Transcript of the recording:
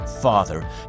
Father